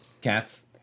Cats